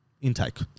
intake